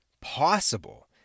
possible